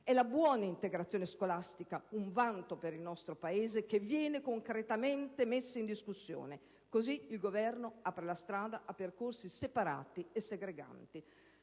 È la buona integrazione scolastica, un vanto per il nostro Paese, che viene concretamente messa in discussione; così il Governo apre la strada a percorsi separati e segreganti.